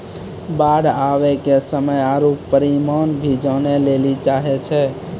बाढ़ आवे के समय आरु परिमाण भी जाने लेली चाहेय छैय?